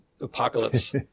apocalypse